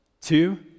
Two